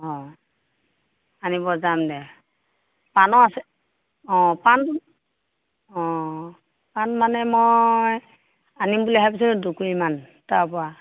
অ আনিব যাম দে পাণৰ আছে অ পাণ অ পাণ মানে মই আনিম বুলি ভাবিছোঁ দুকুৰিমান তাৰপৰা